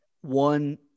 one